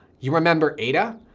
you remember aida,